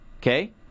okay